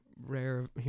rare